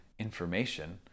information